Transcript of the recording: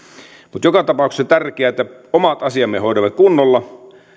mutta joka tapauksessa on tärkeää että omat asiamme hoidamme kunnolla